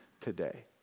today